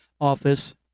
office